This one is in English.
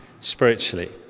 spiritually